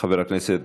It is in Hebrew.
חבר הכנסת